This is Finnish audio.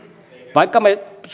vaikka me